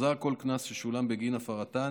יוחזר כל קנס ששולם בגין הפרתן